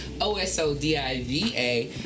O-S-O-D-I-V-A